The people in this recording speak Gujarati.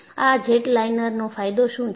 આ જેટલાઇનરનો ફાયદો શું છે